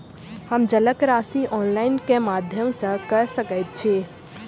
हम जलक राशि ऑनलाइन केँ माध्यम सँ कऽ सकैत छी?